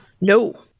No